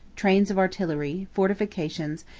trains of artillery, fortifications,